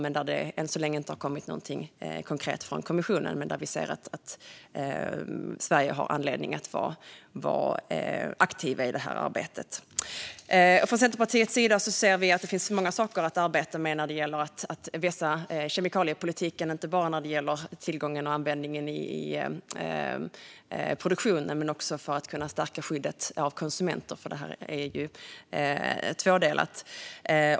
Än så länge har det inte kommit något konkret från kommissionen, men vi ser att Sverige har anledning att vara aktivt i arbetet. Från Centerpartiets sida ser vi att det finns många saker att arbeta med när det gäller att vässa kemikaliepolitiken, inte bara när det handlar om tillgången och användningen i produktionen utan också för att kunna stärka skyddet av konsumenter. Det här är ju tvådelat.